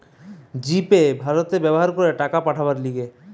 জি Pay ভারতে ব্যবহার করে টাকা পাঠাবার লিগে